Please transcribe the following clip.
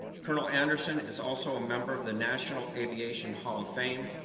colonel anderson is also a member of the national aviation hall of fame,